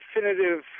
definitive